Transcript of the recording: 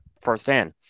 firsthand